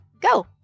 go